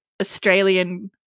Australian